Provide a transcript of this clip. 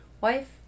wife